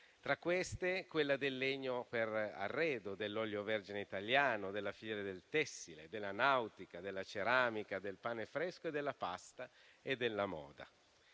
Tra queste, quelle del legno per arredo, dell'olio vergine italiano, del tessile, della nautica, della ceramica, del pane fresco, della pasta e della moda.